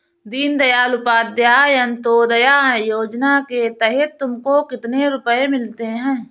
दीन दयाल उपाध्याय अंत्योदया योजना के तहत तुमको कितने रुपये मिलते हैं